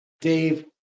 Dave